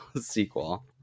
sequel